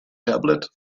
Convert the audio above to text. tablet